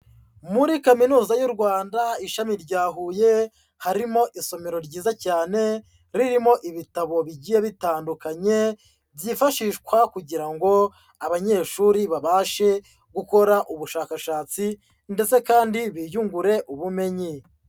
Muri kaminuza y'u Rwanda ishami rya Huye, harimo isomero ryiza cyane ririmo ibitabo bigiye bitandukanye, byifashishwa kugira ngo abanyeshuri babashe gukora ubushakashatsi ndetse kandi biyungure ubumenyi.